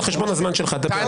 על חשבון הזמן שלך תדבר.